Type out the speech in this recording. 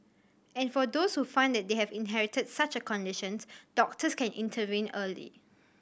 and for those who find that they have inherited such a conditions doctors can intervene early